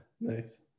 nice